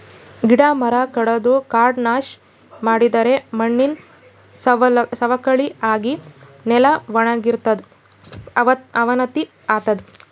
ಗಿಡ ಮರ ಕಡದು ಕಾಡ್ ನಾಶ್ ಮಾಡಿದರೆ ಮಣ್ಣಿನ್ ಸವಕಳಿ ಆಗಿ ನೆಲ ವಣಗತದ್ ಅವನತಿ ಆತದ್